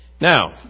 Now